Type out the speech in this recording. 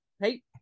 Hey